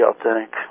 authentic